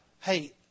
Hey